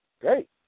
Great